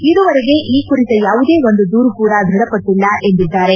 ಇದುವರೆಗೆ ಈ ಕುರಿತ ಯಾವುದೇ ಒಂದು ದೂರು ಕೂಡಾ ದೃಢಪಟ್ಟಲ್ಲ ಎಂದಿದ್ದಾರೆ